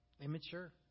Immature